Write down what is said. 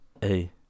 Hey